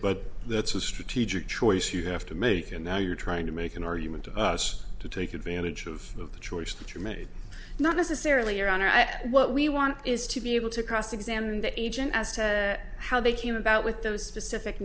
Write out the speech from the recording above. but that's a strategic choice you have to make and now you're trying to make an argument to us to take advantage of the choice that you made not necessarily your honor what we want is to be able to cross examine the agent as to how they came about with those specific